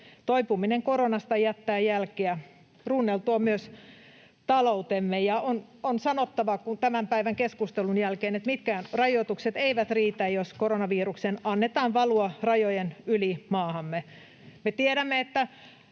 toipuminen koronasta jättää jälkiä. Runneltu on myös taloutemme. On sanottava tämän päivän keskustelun jälkeen, että mitkään rajoitukset eivät riitä, jos koronaviruksen annetaan valua rajojen yli maahamme. Me tiedämme, että